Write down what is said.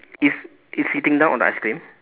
it's it's sitting down on the ice cream